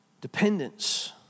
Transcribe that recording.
Dependence